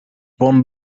won